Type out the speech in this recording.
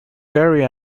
gary